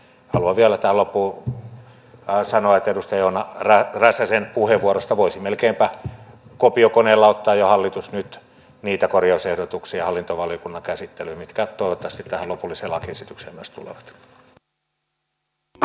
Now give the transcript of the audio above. haluan vielä tähän loppuun sanoa että edustaja joona räsäsen puheenvuorosta hallitus voisi melkeinpä kopiokoneella ottaa jo nyt niitä korjausehdotuksia hallintovaliokunnan käsittelyyn mitkä toivottavasti tähän lopulliseen lakiesitykseen myös tulevat